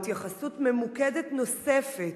או התייחסות ממוקדת נוספת.